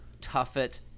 Tuffet